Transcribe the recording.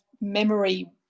memory